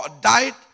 died